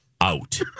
out